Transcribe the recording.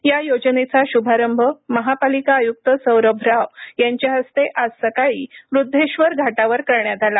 या योजनेचा श्भारंभ महापालिका आयुक्त सौरभ राव यांच्या हस्ते आज सकाळी वुद्धेश्वर घाटावर करण्यात आला